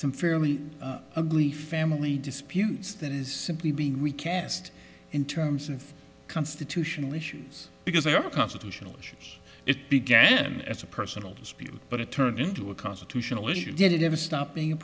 some fairly ugly family disputes that is simply being we cast in terms of constitutional issues because they are constitutional issues it began as a personal dispute but it turned into a constitutional issue did it ever stop being